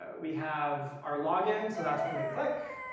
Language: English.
we have our login. so that's when they click.